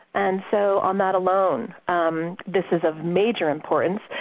and so on that alone, um this is of major importance.